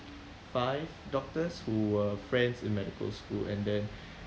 five doctors who were friends in medical school and then